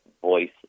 voice